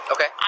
Okay